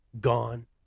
gone